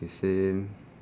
okay same